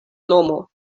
nomo